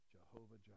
Jehovah